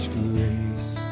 grace